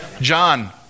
John